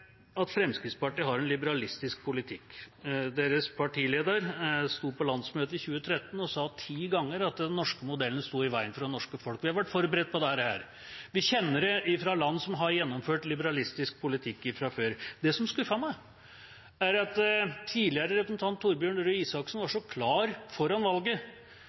at Fremskrittspartiet har en liberalistisk politikk. Deres partileder sto på landsmøtet i 2013 og sa ti ganger at den norske modellen står i veien for det norske folk. Vi har vært forberedt på dette. Vi kjenner det fra land som har gjennomført liberalistisk politikk fra før. Det som skuffet meg, er at tidligere representant Torbjørn Røe Isaksen var så klar foran valget: